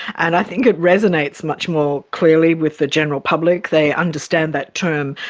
and i think it resonates much more clearly with the general public, they understand that term,